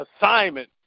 assignment